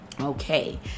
okay